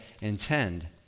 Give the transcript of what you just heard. intend